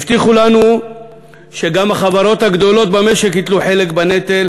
הבטיחו לנו שגם החברות הגדולות במשק ייטלו חלק בנטל,